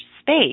space